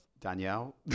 Danielle